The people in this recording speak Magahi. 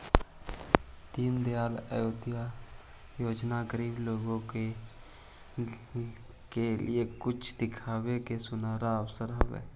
दीनदयाल अंत्योदय योजना गरीब लोगों के लिए कुछ कर दिखावे का सुनहरा अवसर हई